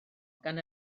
gan